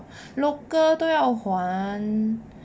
local 都要还